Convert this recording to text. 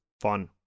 fun